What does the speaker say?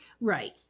right